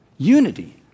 Unity